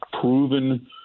proven